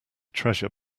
treasure